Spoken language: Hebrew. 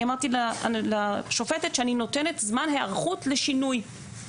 אני אמרתי לשופטת שאני נותנת זמן היערכות לשינוי,